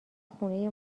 خونه